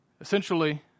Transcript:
essentially